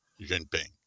Jinping